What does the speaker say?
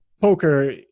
poker